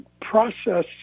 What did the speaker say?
process